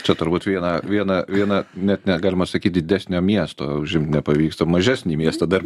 čia turbūt viena viena viena net negalima sakyt didesnio miesto užimt nepavyksta mažesnį miestą dar